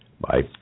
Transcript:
bye